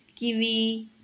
kiwi